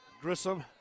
Grissom